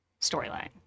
storyline